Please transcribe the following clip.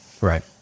Right